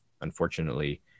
Unfortunately